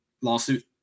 lawsuit